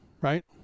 right